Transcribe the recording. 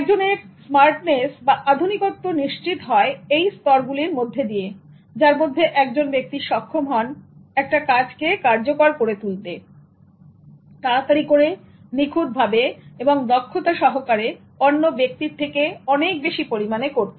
একজনের আধুনিকত্ব নিশ্চিত হয় এই স্তর গুলির মধ্যে দিয়ে যার মধ্যে একজন ব্যক্তি সক্ষম হন একটা কাজকে কার্যকর করে তুলতে তাড়াতাড়ি করে নিখুঁতভাবে এবং দক্ষতা সহকারে অন্য ব্যক্তির থেকে অনেক বেশী পরিমাণে করতে